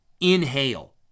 inhale